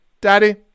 Daddy